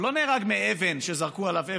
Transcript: הוא לא נהרג מאבן שזרקו עליו.